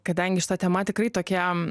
kadangi šita tema tikrai tokiam